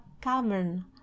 cavern